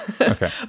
Okay